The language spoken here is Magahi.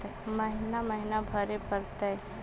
महिना महिना भरे परतैय?